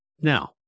now